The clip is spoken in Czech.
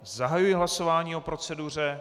Zahajuji hlasování o proceduře.